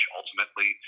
ultimately